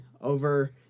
over